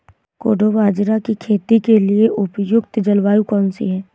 कोडो बाजरा की खेती के लिए उपयुक्त जलवायु कौन सी है?